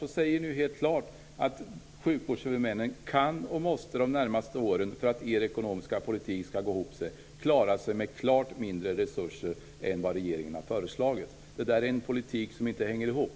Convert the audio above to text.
Ni säger helt klart att för att er ekonomiska politik skall gå ihop, kan och måste sjukvårdshuvudmännen klara sig med klart mindre resurser än vad regeringen har föreslagit för de närmaste åren. Det är en politik som inte hänger ihop.